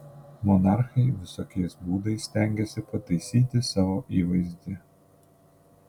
monarchai visokiais būdais stengėsi pataisyti savo įvaizdį